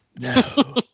No